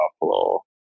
buffalo